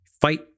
fight